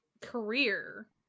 career